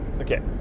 Okay